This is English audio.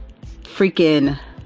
freaking